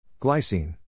Glycine